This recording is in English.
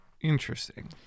Interesting